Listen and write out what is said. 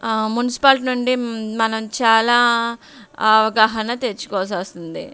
municipality నుండి మనం చాలా అవగాహన తెచ్చుకోవాల్సి వస్తుంది